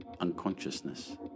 unconsciousness